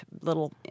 little